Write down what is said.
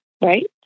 right